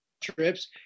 trips